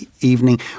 evening